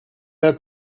war